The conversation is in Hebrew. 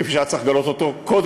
כפי שהיה צריך לגלות אותו קודם.